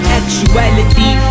actuality